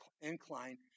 incline